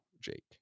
Jake